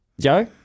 Joe